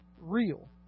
real